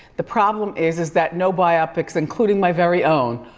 the problem is is that no biopics, including my very own,